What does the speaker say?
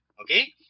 okay